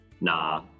nah